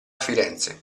firenze